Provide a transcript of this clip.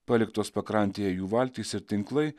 paliktos pakrantėje jų valtys ir tinklai